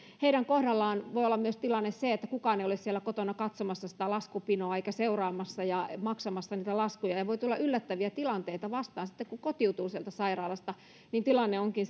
heidän kohdallaan voi olla tilanne myös se että kukaan ei ole siellä kotona katsomassa sitä laskupinoa eikä seuraamassa ja maksamassa niitä laskuja ja voi tulla yllättäviä tilanteita vastaan sitten kun kotiutuu sieltä sairaalasta kun laskuja onkin